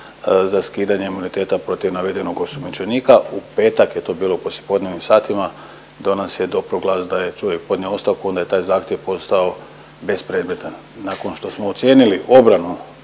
za skidanje imuniteta protiv navedenog osumnjičenika. U petak je to bilo u poslijepodnevnim satima. Do nas je dopro glas da je čovjek podnio ostavku, onda je taj zahtjev postao bespredmetan. Nakon što smo ocijenili obranu